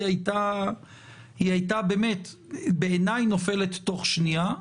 היא הייתה באמת נופלת תוך שנייה.